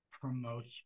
promotes